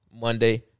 Monday